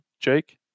Jake